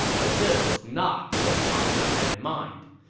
but this was not what pang de had in mind.